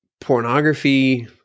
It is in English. pornography